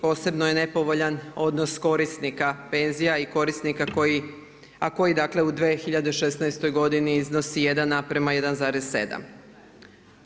Posebno je nepovoljan odnos korisnika penzija i korisnika koji, a koji dakle u 2016. godini iznosi 1:1,7.